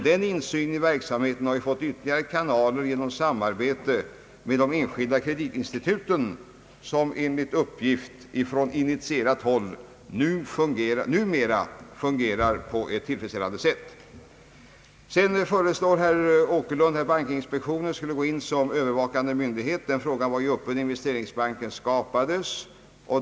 Denna insyn i verksamheten har fått ytterligare kanaler genom samarbete med de enskilda kreditinstituten, som enligt uppgift från initierat håll numera fungerar på ett tillfredsställande sätt. Herr Åkerlund föreslår att bankinspektionen skulle gå in som Övervakande myndighet. Den frågan var ju uppe när Investeringsbanken skapades.